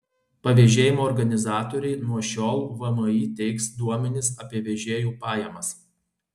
pavėžėjimo organizatoriai nuo šiol vmi teiks duomenis apie vežėjų pajamas